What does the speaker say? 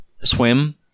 swim